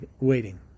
waiting